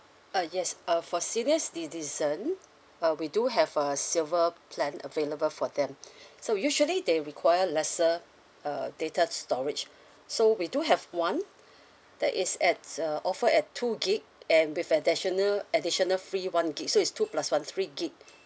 uh yes uh for senior citizen uh we do have a silver plan available for them so usually they require lesser uh data storage so we do have one that is at uh offer at two gig and with additional additional free one gig so it's two plus one three gig